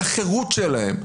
על החירות שלהם,